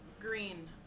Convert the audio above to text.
Green